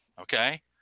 Okay